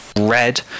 red